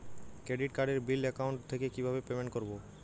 Credit কার্ডের bill account থেকে কিভাবে পেমেন্ট করবো?